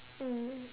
mm